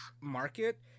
market